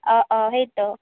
অঁ অঁ সেইটো